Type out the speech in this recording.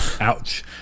Ouch